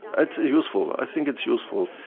it's useful, i think it's useful,